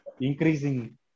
increasing